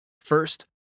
First